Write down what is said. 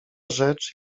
rzecz